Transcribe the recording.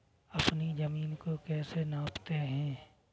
अपनी जमीन को कैसे नापते हैं?